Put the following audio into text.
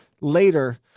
later